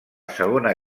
segona